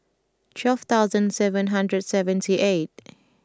twelve thousand seven hundred seventy eight